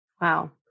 Wow